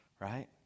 right